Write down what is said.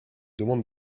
demande